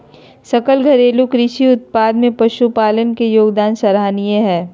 सकल घरेलू कृषि उत्पाद में पशुपालन के योगदान सराहनीय हइ